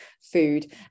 food